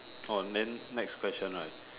orh then next question right